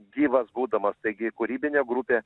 gyvas būdamas taigi kūrybinė grupė